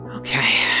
Okay